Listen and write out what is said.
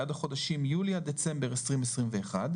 בעד החודשים יולי עד דצמבר 2021,